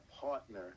partner